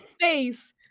face